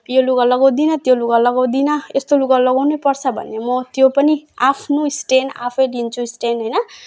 यो लुगा लगाउँदिन त्यो लुगा लगाउँदिन यस्तो लुगा लगाउनै पर्छ भन्ने म त्यो पनि आफ्नो स्ट्यान्ड आफै लिन्छु स्ट्यान्ड होइन